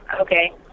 Okay